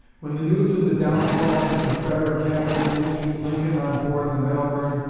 when the news of the downfall of the confederate capital reached lincoln on board the malvern,